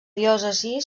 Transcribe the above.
diòcesi